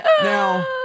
Now